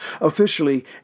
Officially